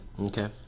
Okay